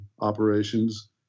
operations